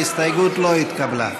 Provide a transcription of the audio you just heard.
ההסתייגות לא התקבלה.